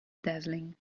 dazzling